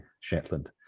Shetland